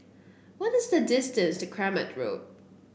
what is the distance to Kramat